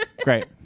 Great